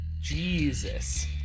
Jesus